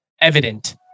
evident